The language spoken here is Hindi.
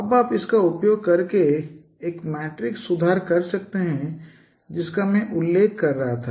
अब आप इसका उपयोग करके एक मीट्रिक सुधार कर सकते हैं जिसका मैं उल्लेख कर रहा था